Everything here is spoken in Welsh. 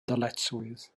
dyletswydd